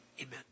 amen